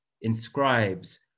inscribes